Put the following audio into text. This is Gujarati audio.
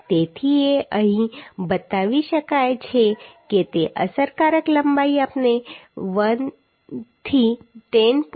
તેથી તે અહીં બતાવી શકાય છે કે તે અસરકારક લંબાઈ આપણે 1 થી 10